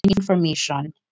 information